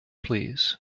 please